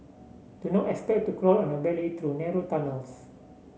do not expect to crawl on your belly through narrow tunnels